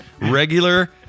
regular